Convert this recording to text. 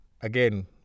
again